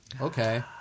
Okay